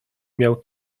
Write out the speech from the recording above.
miał